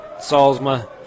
Salzma